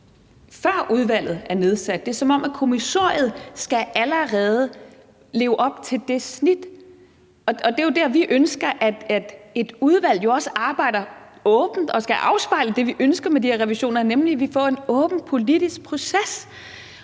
før udvalget er nedsat. Det er, som om kommissoriet allerede skal leve op til det snit. Og det er jo også der, vi ønsker, at et udvalg arbejder åbent, og at det skal afspejle det, vi ønsker med de her revisioner, nemlig at vi får en åben politisk proces.